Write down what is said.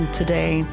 today